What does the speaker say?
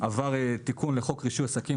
עבר תיקון לחוק רישוי עסקים,